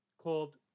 called